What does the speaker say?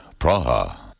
Praha